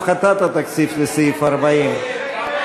הסתייגויות של הפחתת התקציב לסעיף 40,